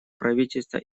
правительства